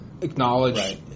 acknowledge